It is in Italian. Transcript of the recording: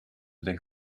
del